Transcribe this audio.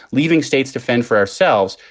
leaving states to fend for ourselves.